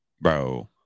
Bro